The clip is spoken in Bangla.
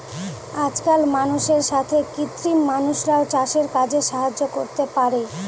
আজকাল মানুষের সাথে কৃত্রিম মানুষরাও চাষের কাজে সাহায্য করতে পারে